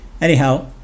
Anyhow